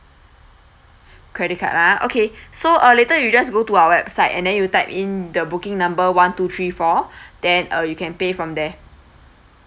credit card ah okay so uh later you just go to our website and then you type in the booking number one two three four then uh you can pay from there